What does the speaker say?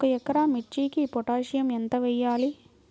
ఒక ఎకరా మిర్చీకి పొటాషియం ఎంత వెయ్యాలి?